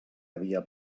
havia